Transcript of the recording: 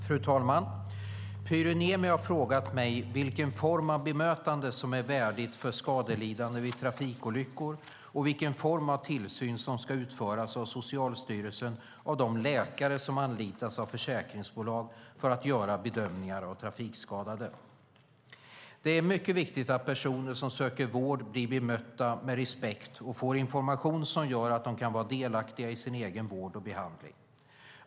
Fru talman! Pyry Niemi har frågat mig vilken form av bemötande som är värdigt för skadelidande vid trafikolyckor och vilken form av tillsyn som ska utföras av Socialstyrelsen av de läkare som anlitas av försäkringsbolag för att göra bedömningar av trafikskadade. Det är mycket viktigt att personer som söker vård blir bemötta med respekt och får information som gör att de kan vara delaktiga i sin egen vård och behandling.